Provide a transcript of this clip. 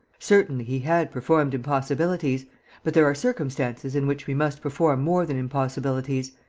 certainly, he had performed impossibilities but there are circumstances in which we must perform more than impossibilities,